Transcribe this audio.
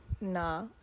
nah